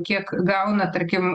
kiek gauna tarkim